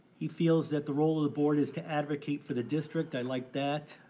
he feels that the role of the board is to advocate for the district, i liked that.